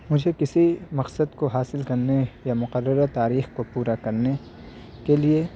مجھے کسی مقصد کو حاصل کرنے یا مقررہ تاریخ کو پورا کرنے کے لیے